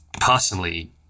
personally